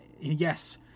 yes